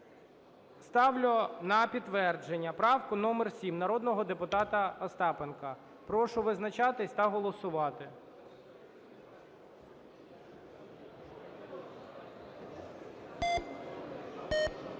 ставлю на підтвердження правку номер 7 народного депутата Остапенка. Прошу визначатися та голосувати.